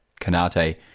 Canate